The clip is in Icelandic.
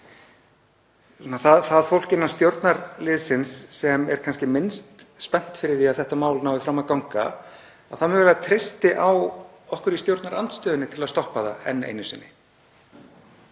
það fólk innan stjórnarliðsins sem er kannski minnst spennt fyrir því að þetta mál nái fram að ganga treysti á okkur í stjórnarandstöðunni til að stoppa það enn einu sinni.